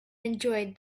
enjoyed